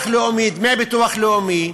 דמי ביטוח לאומי,